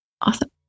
awesome